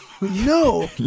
No